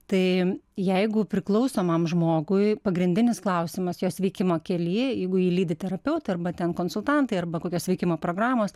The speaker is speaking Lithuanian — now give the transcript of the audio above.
tai jeigu priklausomam žmogui pagrindinis klausimas jos veikimo kely jeigu jį lydi terapeutai arba ten konsultantai arba kokios veikimo programos